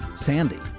Sandy